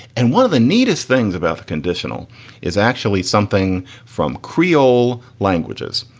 and one of the neatest things about unconditional is actually something from creole languages.